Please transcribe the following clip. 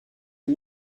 une